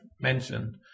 mentioned